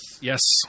yes